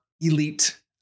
elite